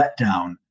letdown